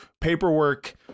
paperwork